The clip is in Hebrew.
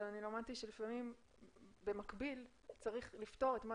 אבל אני למדתי שלפעמים במקביל צריך לפתור את מה